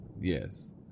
yes